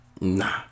Nah